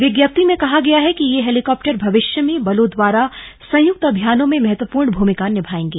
विज्ञप्ति में कहा गया है कि ये हेलीकॉप्टर भविष्य में बलों द्वारा संयुक्त अभियानों में महत्वपूर्ण भूमिका निभायेंगे